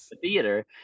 theater